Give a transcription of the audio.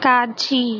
காட்சி